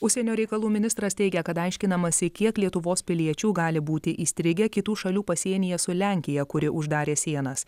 užsienio reikalų ministras teigia kad aiškinamasi kiek lietuvos piliečių gali būti įstrigę kitų šalių pasienyje su lenkija kuri uždarė sienas